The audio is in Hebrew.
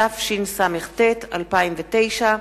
התשס"ט 2009,